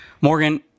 Morgan